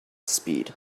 speed